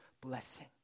blessing